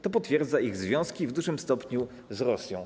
To potwierdza ich związki w dużym stopniu z Rosją.